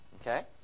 Okay